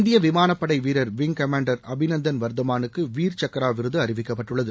இந்திய விமானப்படை வீரர் விங் கமாண்டர் அபினந்தன் வர்தமானுக்கு வீர் சக்ரா விருது அறிவிக்கப்பட்டுள்ளது